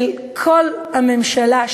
של כל הממשלה,